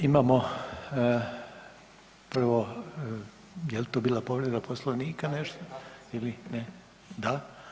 Imamo prvo, jel to bila povreda Poslovnika nešto ili ne, da?